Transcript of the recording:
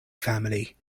family